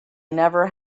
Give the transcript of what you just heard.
never